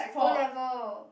O-level